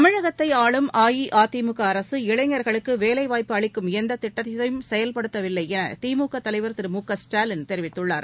தமிழகத்தை ஆளும் அஇஅதிமுக அரசு இளைஞர்களுக்கு வேலைவாய்ப்பு அளிக்கும் எந்த திட்டத்தையும் செயல்படுத்தவில்லை என திமுக தலைவர் திரு மு க ஸ்டாலின் தெரிவித்துள்ளார்